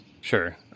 Sure